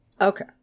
Okay